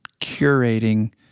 curating